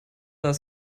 unser